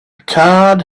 card